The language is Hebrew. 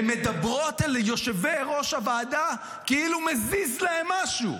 הן מדברות אל יושבי-ראש הוועדה כאילו מזיז להם משהו,